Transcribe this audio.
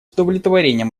удовлетворением